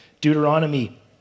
Deuteronomy